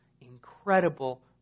incredible